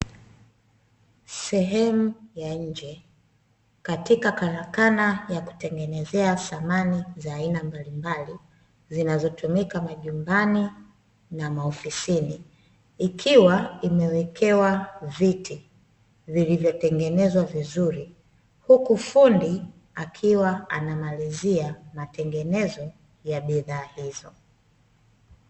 Sehemu ya nje katika karakana ya kutengeneza samani za aina mbalimbali zinazotumika majumbani na maofisini ikiwa imewekewa viti vilivyotengenezwa vizuri huku fundi akiwa anamalizia matengenezo ya bidhaa hizo.